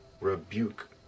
rebuke